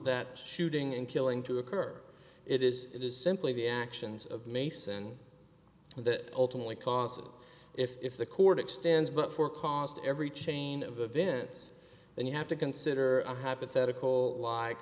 that shooting and killing to occur it is it is simply the actions of mason that ultimately cost if the court extends but for cost every chain of events then you have to consider a hypothetical like